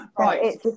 Right